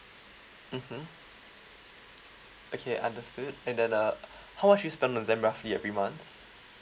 mmhmm okay understood and then uh how much you spend on them roughly every month